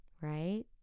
Right